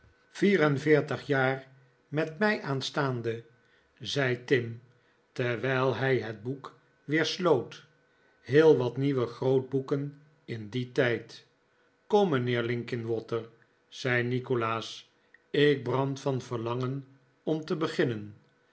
en veertig jaar met mei aanstaande zei tim terwijl hij het boek weer sloot heel wat nieuwe grootboeken in dien tijd kom mijnheer linkinwater zei nikolaas ik brand van verlangen om te beginnen